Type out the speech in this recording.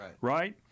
Right